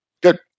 Good